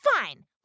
Fine